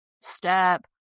step